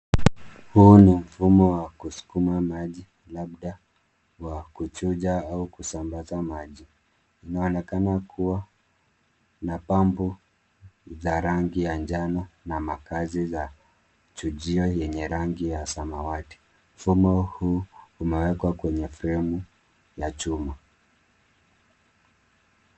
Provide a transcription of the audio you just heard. Huu ni mfumo wa kusukuma maji labda wa kuchuja au kusambaza maji. Inaonekana kuwa na pampu za rangi ya njano na makazi za chujio yenye rangi ya samawati. Mfumo huu umewekwa kwenye fremu ya chuma.